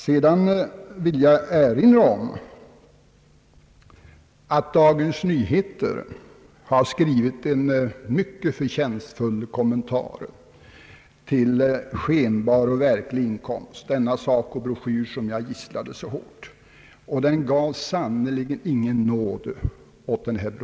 Jag vill erinra om att Dagens Nyheter har skrivit en mycket förtjänstfull kommentar till »Skenbar och verklig inkomst», den SACO-broschyr som jag har gisslat så hårt. Tidningen gav sannerligen ingen nåd åt denna broschyr.